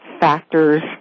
factors